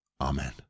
Amen